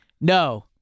no